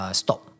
stop